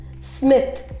Smith